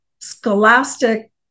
scholastic